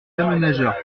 aménageurs